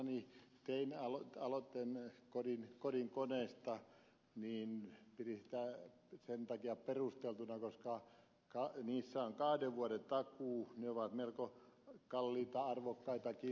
kun aikanani tein aloitteen kodinkoneista pidin sitä sen takia perusteltuna että niissä on kahden vuoden takuu ne ovat melko kalliita arvokkaitakin